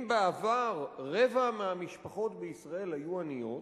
אם בעבר רבע מהמשפחות בישראל היו עניות,